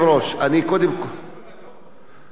בסדר,